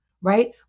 right